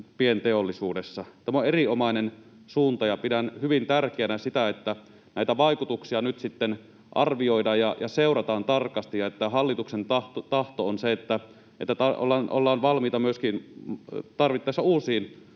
pienteollisuudessa. Tämä on erinomainen suunta, ja pidän hyvin tärkeänä sitä, että näitä vaikutuksia nyt sitten arvioidaan ja seurataan tarkasti ja että hallituksen tahto on se, että ollaan tarvittaessa valmiita myöskin uusiin